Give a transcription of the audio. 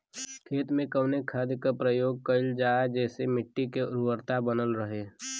खेत में कवने खाद्य के प्रयोग कइल जाव जेसे मिट्टी के उर्वरता बनल रहे?